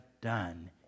done